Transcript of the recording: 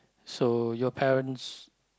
so your parents